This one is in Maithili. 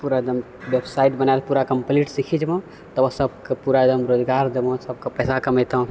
पूरा एकदम वेबसाइट बनाके पूरा कम्प्लीट सिखि जेबऽ तब सबके पूरा एकदम रोजगार देबऽ सब कोइ पइसा कमेतै